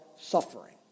suffering